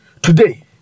Today